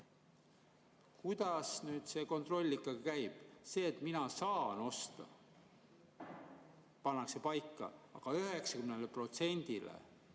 Kuidas see kontroll ikkagi käib? See, et mina saan osta, pannakse paika, aga 90%